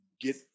get